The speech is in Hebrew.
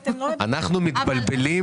אנחנו מתבלבלים.